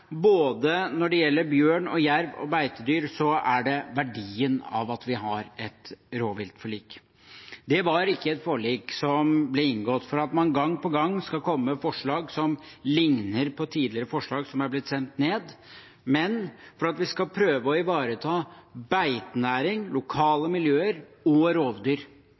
når det gjelder både bjørn, jerv og beitedyr, er det verdien av at vi har et rovviltforlik. Det er ikke et forlik som ble inngått for at man gang på gang skal komme med forslag som ligner på tidligere forslag som er blitt stemt ned, men for at vi skal prøve å ivareta beitenæring, lokalmiljøer og rovdyr.